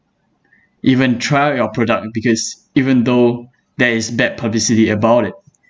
even try out your product because even though there is bad publicity about it